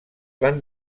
van